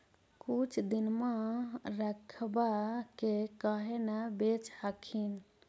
कुछ दिनमा रखबा के काहे न बेच हखिन?